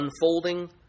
Unfolding